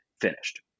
finished